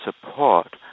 support